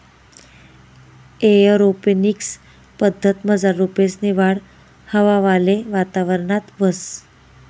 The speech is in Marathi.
एअरोपोनिक्स पद्धतमझार रोपेसनी वाढ हवावाला वातावरणात व्हस